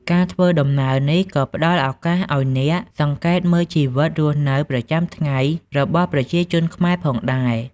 ការធ្វើដំណើរនេះក៏ផ្តល់ឱកាសឱ្យអ្នកសង្កេតមើលជីវិតរស់នៅប្រចាំថ្ងៃរបស់ប្រជាជនខ្មែរផងដែរ